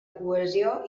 cohesió